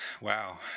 wow